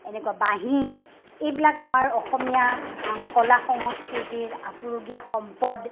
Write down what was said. এনেকুৱা বাঁহী এইবিলাক আমাৰ অসমীয়া কলা সংস্কৃতিৰ আপুৰুগীয়া সম্পদ